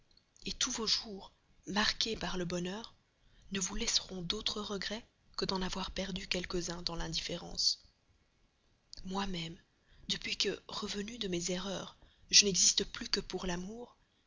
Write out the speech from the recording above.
soumis tous vos jours marqués par le bonheur ne vous laisseront d'autre regret que d'en avoir perdu quelques-uns dans l'indifférence moi-même depuis que revenu de mes erreurs je n'existe plus que pour l'amour